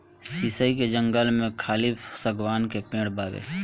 शीशइ के जंगल में खाली शागवान के पेड़ बावे